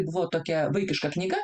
buvo tokia vaikiška knyga